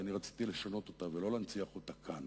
ואני רציתי לשנות אותה ולא להנציח אותה כאן